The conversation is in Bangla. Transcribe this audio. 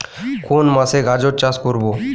কোন মাসে গাজর চাষ করব?